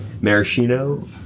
Maraschino